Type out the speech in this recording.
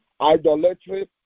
idolatry